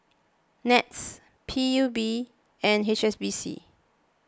NETS P U B and H S B C